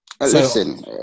Listen